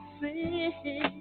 see